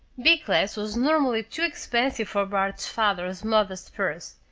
b class was normally too expensive for bart's father's modest purse.